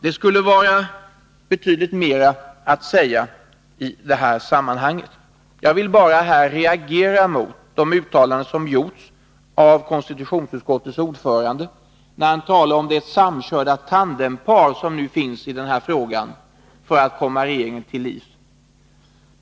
Det finns betydligt mer att säga i det här sammanhanget, men jag vill till sist bara anföra att jag reagerar mot de uttalanden som gjordes av konstitutionsutskottets ordförande om ”det samkörda tandem-par” som finns i den här frågan för att komma regeringen till livs.